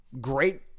great